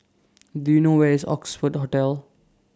Do YOU know Where IS Oxford Hotel